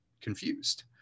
confused